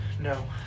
No